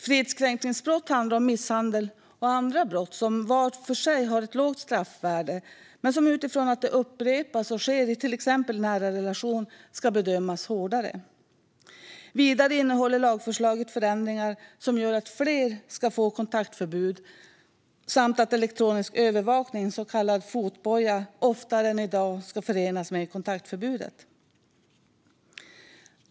Fridskränkningsbrott handlar om misshandel och andra brott som var för sig har ett lågt straffvärde men som utifrån att det upprepas och sker i nära relation ska bedömas hårdare. Vidare innehåller lagförslaget förändringar som gör att fler ska få kontaktförbud samt att elektronisk övervakning, så kallad fotboja, oftare än i dag ska förenas med kontaktförbudet.